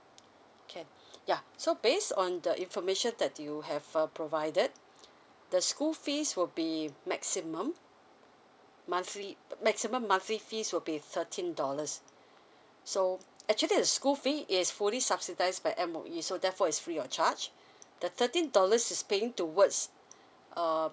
can yeah so based on the information that you have uh provided the school fees will be maximum monthly maximum monthly fees will be thirteen dollars so actually the school fee is fully subsidised by M_O_E so therefore is free of charge the thirteen dollars is paying towards um